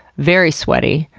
very sweaty.